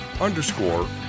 underscore